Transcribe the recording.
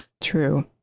True